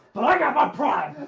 but i got my pride.